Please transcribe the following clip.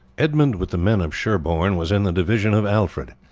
edmund with the men of sherborne was in the division of alfred.